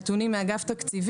יעל רון בן משה (כחול לבן):